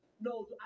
No